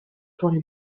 suoni